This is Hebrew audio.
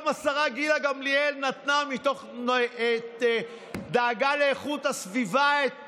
גם השרה גילה גמליאל נתנה את דעתה והסכמתה מתוך דאגה לאיכות הסביבה.